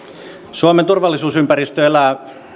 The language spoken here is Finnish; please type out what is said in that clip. suomen turvallisuusympäristö elää